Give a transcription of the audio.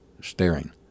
staring